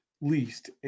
Least